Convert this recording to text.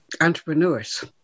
entrepreneurs